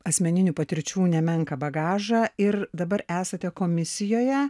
asmeninių patirčių nemenką bagažą ir dabar esate komisijoje